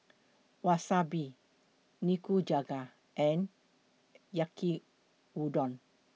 Wasabi Nikujaga and Yaki Udon